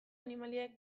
animaliak